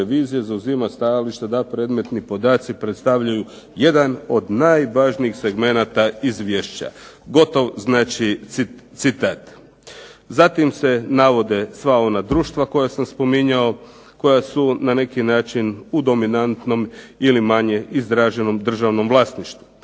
Zatim se navode sva ona društva koja sam spominjao koja su na neki način u dominantnom ili manje izraženom državnom vlasništvu.